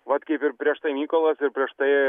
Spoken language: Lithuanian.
vat kaip ir prieš tai mykolas ir prieš tai